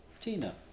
Tina